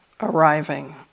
arriving